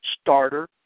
starter